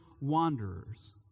wanderers